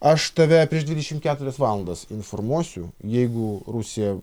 aš tave prieš dvidešim keturias valandas informuosiu jeigu rusija